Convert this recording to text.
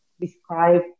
describe